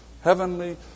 heavenly